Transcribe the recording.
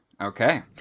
Okay